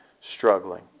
struggling